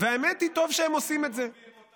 אולי הם לא